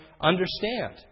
understand